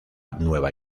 nueva